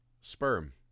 Sperm